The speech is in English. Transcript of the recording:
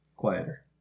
quieter